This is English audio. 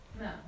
No